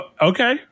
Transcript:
Okay